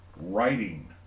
writing